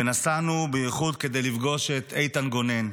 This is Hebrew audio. נסענו בייחוד כדי לפגוש את איתן גונן,